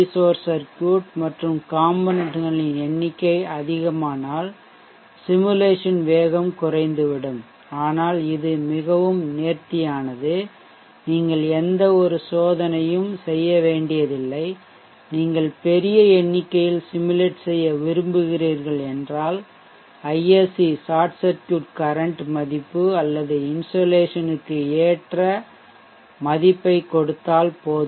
source circuit மற்றும் component களின் எண்ணிக்கை அதிகமானால் சிமுலேசன் வேகம் குறைந்துவிடும் ஆனால் இது மிகவும் நேர்த்தியானது நீங்கள் எந்த சோதனையும் செய்ய வேண்டியதில்லை நீங்கள் பெரிய எண்ணிக்கையில் சிமுலேட் செய்ய விரும்புகிறீர்கள் என்றால் ISC ஷார்ட் சர்க்யூட் கரன்ட் மதிப்பு அல்லது இன்சோலேஷன் க்கு ஏற்ற மதிப்பை கொடுத்தால் போதும்